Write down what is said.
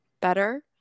better